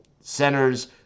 centers